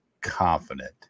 confident